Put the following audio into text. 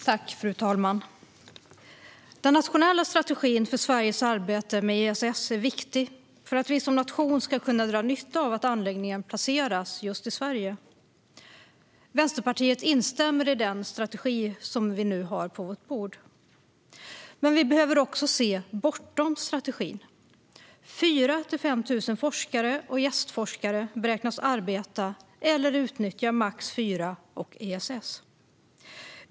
Fru talman! Den nationella strategin för Sveriges arbete med ESS är viktig för att vi som nation ska kunna dra nytta av att anläggningen placeras just i Sverige. Vänsterpartiet instämmer i den strategi som vi nu har på vårt bord. Men vi behöver också se bortom strategin. 4 000-5 000 forskare och gästforskare beräknas arbeta eller utnyttja Max IV och ESS.